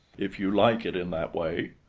if you like it in that way.